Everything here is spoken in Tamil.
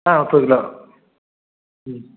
ஆ ம்